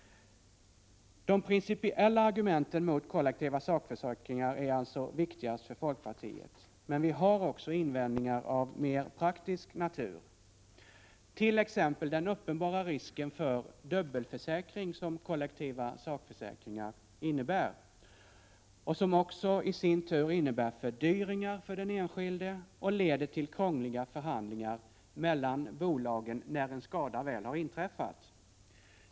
De principiella argumenten mot kollektiva sakförsäkringar är alltså viktigast för folkpartiet. Men vi har också invändningar av mer praktisk natur, t.ex. den uppenbara risk för dubbelförsäkring som kollektiva sakförsäkringar medför och som innebär fördyringar för den enskilde och leder till krångliga förhandlingar mellan bolagen när en skada väl har inträffat.